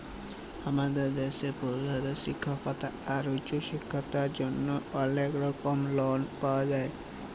আমাদের দ্যাশে পড়ুয়াদের শিক্খা আর উঁচু শিক্খার জ্যনহে অলেক রকম লন পাওয়া যায়